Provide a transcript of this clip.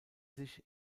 sich